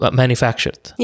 manufactured